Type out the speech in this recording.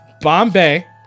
Bombay